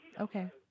Okay